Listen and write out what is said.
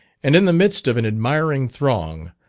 and in the midst of an admiring throng,